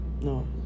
no